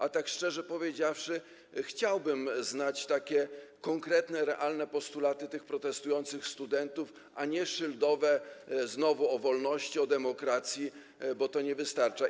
A tak szczerze powiedziawszy, chciałbym znać konkretne, realne postulaty protestujących studentów, a nie szyldowe znowu o wolności, o demokracji, bo to nie wystarcza.